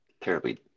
terribly